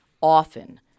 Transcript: often